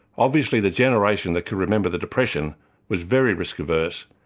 obviously the generation that can remember the depression was very risk-averse,